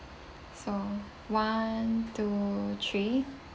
so one two three